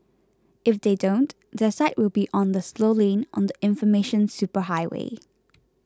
if they don't their site will be on the slow lane on the information superhighway